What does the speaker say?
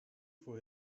for